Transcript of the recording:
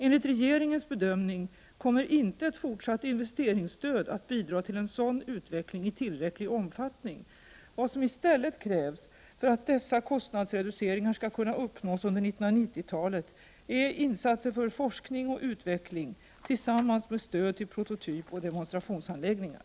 Enligt regeringens bedömning kommer ett fortsatt investeringsstöd inte att bidra till en sådan utveckling i tillräcklig omfattning. Vad som i stället krävs för att dessa kostnadsreduceringar skall kunna uppnås under 1990-talet är insatser för forskning och utveckling tillsammans med stöd till prototypoch demonstrationsanläggningar.